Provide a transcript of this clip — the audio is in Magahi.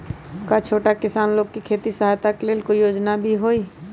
का छोटा किसान लोग के खेती सहायता के लेंल कोई योजना भी हई?